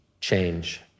change